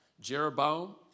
Jeroboam